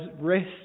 rest